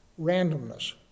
randomness